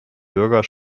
bürger